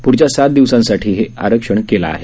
प्ढच्या सात दिवसांसाठी हे आरक्षण केलं आहे